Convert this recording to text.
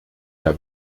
der